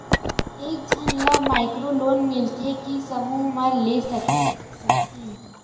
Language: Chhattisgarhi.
एक झन ला माइक्रो लोन मिलथे कि समूह मा ले सकती?